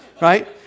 Right